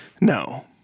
No